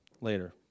later